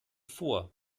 vor